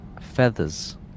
feathers